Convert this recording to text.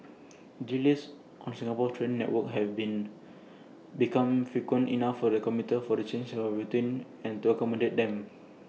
delays on Singapore's train network have been become frequently enough for the commuters for the change of their routines accommodate them